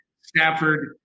Stafford